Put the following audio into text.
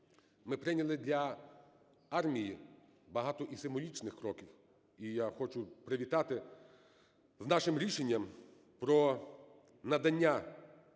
Ми прийняли для армії багато і символічних кроків. І я хочу привітати з нашим рішення про надання